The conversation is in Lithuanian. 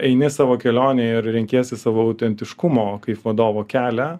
eini savo kelionę ir renkiesi savo autentiškumo kaip vadovo kelią